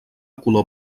color